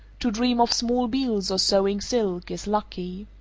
to dream of small beads or sewing silk is lucky.